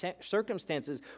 circumstances